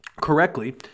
correctly